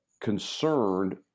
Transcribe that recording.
concerned